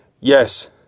Yes